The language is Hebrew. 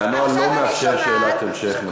והנוהל לא מאפשר שאלת המשך נוספת,